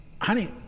honey